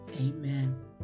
Amen